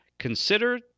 Consider